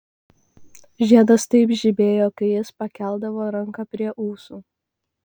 žiedas taip žibėjo kai jis pakeldavo ranką prie ūsų